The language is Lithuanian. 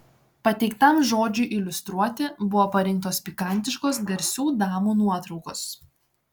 pateiktam žodžiui iliustruoti buvo parinktos pikantiškos garsių damų nuotraukos